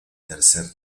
tercer